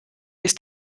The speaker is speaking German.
ist